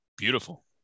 beautiful